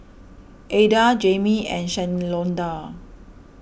Adda Jamey and Shalonda